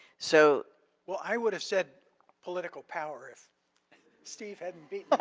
so well, i would've said political power if steve hadn't beat but